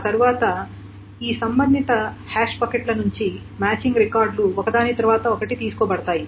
ఆ తరువాత ఈ సంబంధిత హాష్ బకెట్ల నుండి మ్యాచింగ్ రికార్డు లు ఒకదాని తరువాత ఒకటి తీసుకోబడతాయి